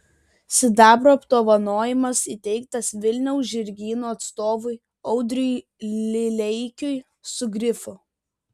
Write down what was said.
sidabro apdovanojimas įteiktas vilniaus žirgyno atstovui audriui lileikiui su grifu